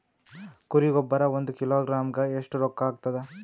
ಕುರಿ ಗೊಬ್ಬರ ಒಂದು ಕಿಲೋಗ್ರಾಂ ಗ ಎಷ್ಟ ರೂಕ್ಕಾಗ್ತದ?